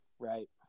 Right